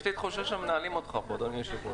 יש לי תחושה שמנהלים אותך, אדוני היושב-ראש.